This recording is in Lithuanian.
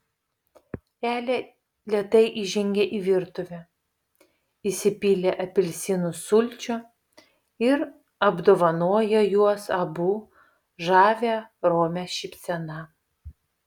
elė lėtai įžengė į virtuvę įsipylė apelsinų sulčių ir apdovanojo juos abu žavia romia šypsena